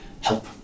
help